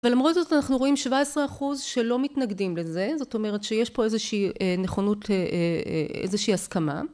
ולמרות זאת אנחנו רואים 17% שלא מתנגדים לזה, זאת אומרת שיש פה איזושהי נכונות, איזושהי הסכמה